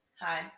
Hi